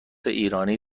ایرانی